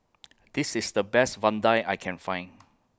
This IS The Best Vadai I Can Find